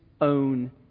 own